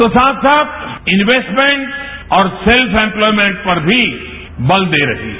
तो साथ साथ इंपेस्टमेंट और सेल्फ इंप्लायमेंट पर भी बल दे रही है